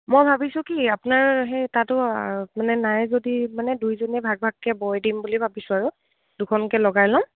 মই ভাবিছোঁ কি আপোনাৰ সেই তাতো মানে নাই যদি মানে দুইজনেীয়ে ভাগ ভাগকে বয় দিম বুলি ভাবিছোঁ আৰু দুখনকে লগাই ল'ম